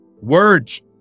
Words